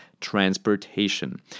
transportation